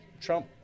Trump